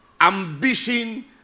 Ambition